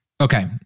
Okay